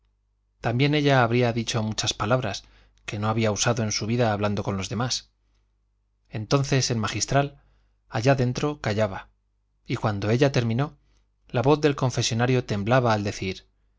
también ella había dicho muchas palabras que no había usado en su vida hablando con los demás entonces el magistral allá dentro callaba y cuando ella terminó la voz del confesonario temblaba al decir